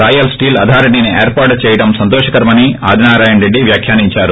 royal స్వీల్ అథారిటీని ఏర్పాటు చేయడం సంతోషకరమని ఆదినారాయణ రెడ్డి వ్యాఖ్యానించారు